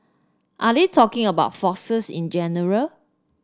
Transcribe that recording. are they talking about foxes in general